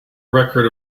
record